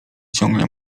ciągle